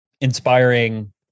inspiring